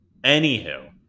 Anywho